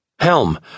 Helm